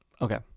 Okay